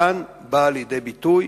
כאן באה לידי ביטוי,